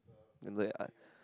and like I